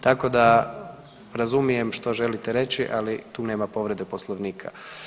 Tako da razumijem što želite reći, ali tu nema povrede Poslovnika.